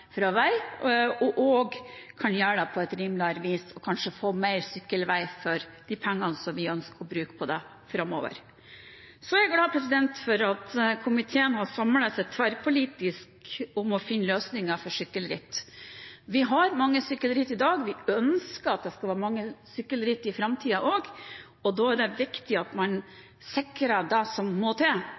vei, og at man også kan gjøre det på et rimeligere vis og kanskje få mer sykkelvei for de pengene som vi ønsker å bruke på det framover. Så er jeg glad for at komiteen har samlet seg tverrpolitisk om å finne løsninger for sykkelritt. Vi har mange sykkelritt i dag. Vi ønsker at det skal være mange sykkelritt i framtiden også, og da er det viktig at man sikrer det som må til